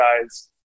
guys